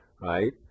right